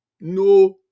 No